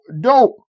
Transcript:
dope